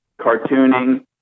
cartooning